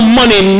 money